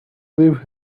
leave